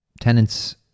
tenants